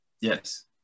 Yes